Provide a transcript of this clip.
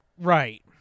Right